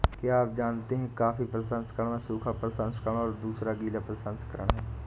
क्या आप जानते है कॉफ़ी प्रसंस्करण में सूखा प्रसंस्करण और दूसरा गीला प्रसंस्करण है?